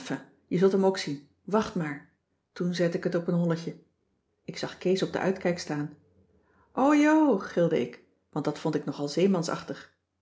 je zult hem ook zien wacht maar toen zette ik het op een holletje ik zag kees op den uitkijk staan ojo gilde ik want dat vond ik nog